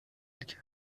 کرد